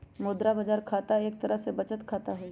मुद्रा बाजार खाता एक तरह के बचत खाता हई